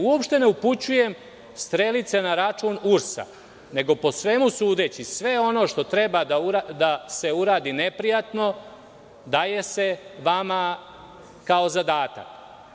Uopšte ne upućujem strelice na račun URS, nego, po svemu sudeći, sve ono što treba da se uradi neprijatno, daje se vama kao zadatak.